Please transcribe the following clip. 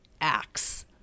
acts